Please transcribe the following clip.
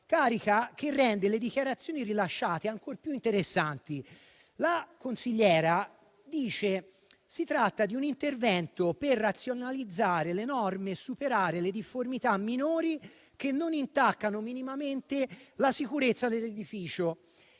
carica che rende le dichiarazioni rilasciate ancor più interessanti. La consigliera dice che si tratta di un intervento per razionalizzare le norme e superare le difformità minori che non intaccano minimamente la sicurezza dell'edificio,